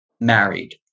married